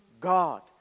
God